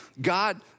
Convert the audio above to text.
God